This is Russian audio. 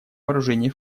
вооружений